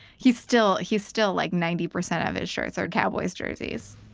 he's still he's still like ninety percent of his shirts are cowboys jerseys.